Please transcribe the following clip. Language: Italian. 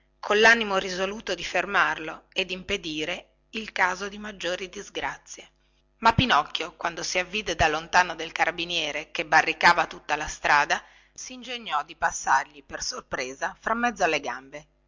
strada collanimo risoluto di fermarlo e di impedire il caso di maggiori disgrazie ma pinocchio quando si avvide da lontano del carabiniere che barricava tutta la strada singegnò di passargli per sorpresa frammezzo alle gambe